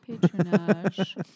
Patronage